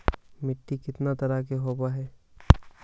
मिट्टीया कितना तरह के होब हखिन?